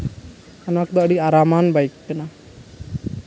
ᱚᱱᱟ ᱠᱚᱫᱚ ᱟᱹᱰᱤ ᱟᱨᱟᱢᱟᱱ ᱵᱟᱭᱤᱠ ᱠᱟᱱᱟ